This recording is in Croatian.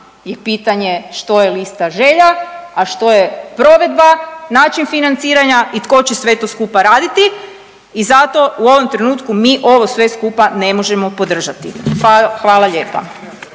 je pitanje što je lista želja, a što je provedba, način financiranja i tko će sve to skupa raditi i zato u ovom trenutku mi ovo sve skupa ne možemo podržati. Hvala lijepa.